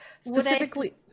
Specifically